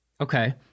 Okay